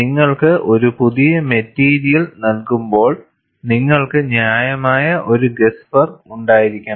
നിങ്ങൾക്ക് ഒരു പുതിയ മെറ്റീരിയൽ നൽകുമ്പോൾ നിങ്ങൾക്ക് ന്യായമായ ഒരു ഗസ്സ് വർക്ക് ഉണ്ടായിരിക്കണം